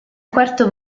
quarto